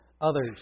others